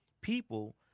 people